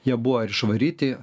jie buvo ir išvaryti